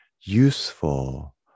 useful